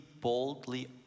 boldly